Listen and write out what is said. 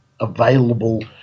available